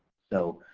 so,